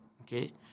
okay